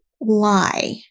lie